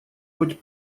быть